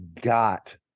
got